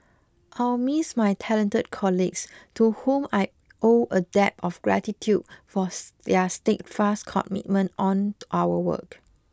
I'll miss my talented colleagues to whom I owe a debt of gratitude for their steadfast commitment on our work